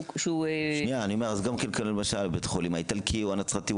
--- גם למשל בית החולים האיטלקי או הנצרתי,